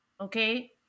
Okay